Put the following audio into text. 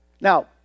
Now